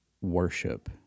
worship